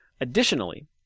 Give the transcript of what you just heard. Additionally